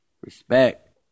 respect